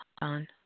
on